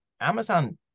Amazon